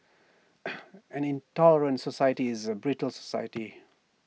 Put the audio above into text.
an intolerant society is A brittle society